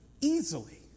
easily